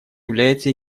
является